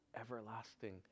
everlasting